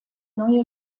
neue